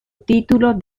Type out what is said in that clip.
título